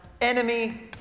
enemy